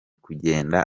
kugenda